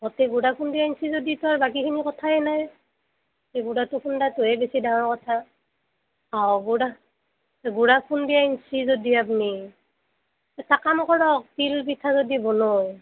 অঁ তে গুড়া খুন্দি আন্ছি যদি আৰু বাকীখিনিৰ কথাই নাই এই গুড়াটো খুন্দাটোহে বেছি ডাঙাৰ কথা আও গুড়া গুড়া খুন্দি আন্ছি যদি আপ্নি এটা কাম কৰক তিল পিঠা যদি বনয়